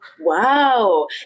Wow